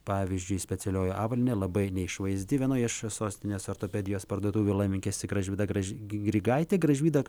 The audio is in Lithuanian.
pavyzdžiui specialioji avalynė labai neišvaizdi vienoje iš sostinės ortopedijos parduotuvių laiminkėsi gražvyda graži grigaitė gražvyda